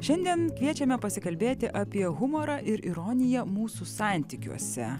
šiandien kviečiame pasikalbėti apie humorą ir ironiją mūsų santykiuose